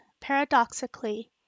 paradoxically